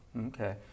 Okay